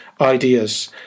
ideas